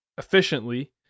efficiently